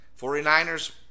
49ers